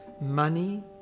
Money